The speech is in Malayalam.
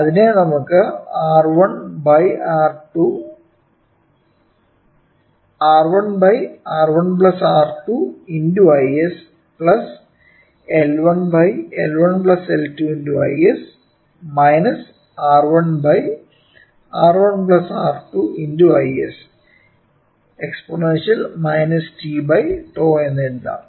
അതിനെ നമുക്ക് R1 R1 R2 × Is L1 L1L2 × Is R1 R1R2 × Ise t 𝜏എന്നും എഴുതാം